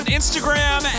Instagram